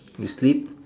you sleep